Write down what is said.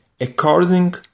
according